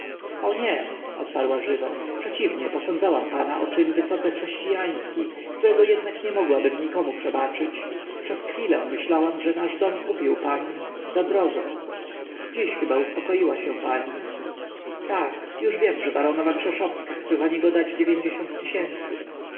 o nie odparła żywo przeciwnie posądzałam pana o czyn wysoce chrześcijański którego jednak nie mogłabym nikomu przebaczyć przez chwilę myślałam że nasz dom kupił pan zadrogo dziś chyba uspokoiła się pani tak już wiem że baronowa krzeszowska chce za niego dać dziewięćdziesiąt tysięcy